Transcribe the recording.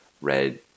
red